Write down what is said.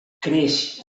creix